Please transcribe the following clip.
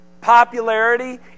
popularity